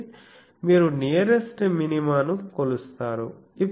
కాబట్టి మీరు నియరెస్ట్ మినిమాను కొలుస్తారు